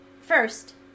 First